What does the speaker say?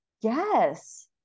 yes